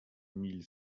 mille